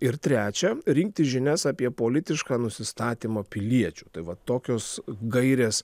ir trečia rinkti žinias apie politišką nusistatymą piliečių tai va tokios gairės